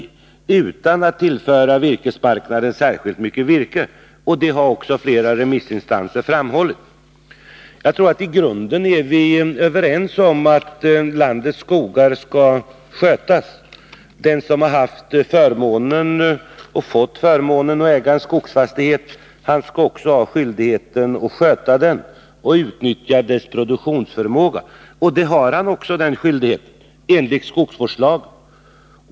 Virkesmarknaden tillförs inte särskilt mycket virke, vilket flertalet remissinstanser också framhållit. Jag tror att vi i grunden är överens om att landets skogar skall skötas. Den som har fått förmånen att äga en skogsfastighet skall också ha skyldighet att sköta den och utnyttja dess produktionsförmåga. Den skyldigheten har han också enligt skogsvårdslagen.